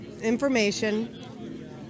information